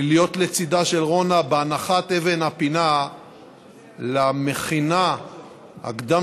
להיות לצידה של רונה בהנחת אבן הפינה למכינה הקדם-צבאית